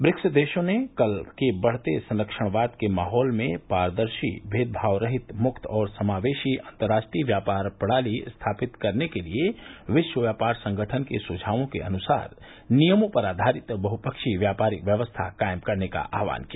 BRICS देशों ने कल के बढ़ते संरक्षणवाद के माहौल में पारदर्शी भेदभाव रहित मुक्त और समावेशी अंतर्राष्ट्रीय व्यापार प्रणाली स्थापित करने के लिए विश्व व्यापार संगठन के सुझायों के अनुसार नियमों पर आधारित बहुपक्षीय व्यापारिक व्यवस्था कायम करने का आहवान किया